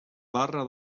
barra